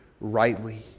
rightly